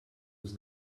was